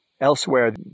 elsewhere